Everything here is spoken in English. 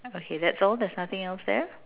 okay that's all there's nothing else there